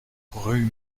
rue